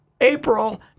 April